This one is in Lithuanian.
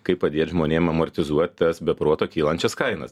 kaip padėt žmonėm amortizuot tas be proto kylančias kainas